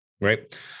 Right